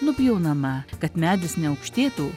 nupjaunama kad medis ne aukštėtų